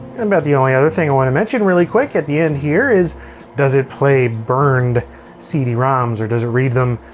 and about the only other thing i want to mention really quick at the end here is does it play burned cd-roms? or does it read them?